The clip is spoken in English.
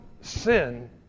sin